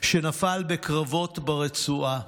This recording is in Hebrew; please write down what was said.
שנפל בקרבות ברצועה.